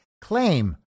claim